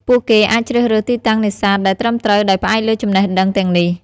ពួកគេអាចជ្រើសរើសទីតាំងនេសាទដែលត្រឹមត្រូវដោយផ្អែកលើចំណេះដឹងទាំងនេះ។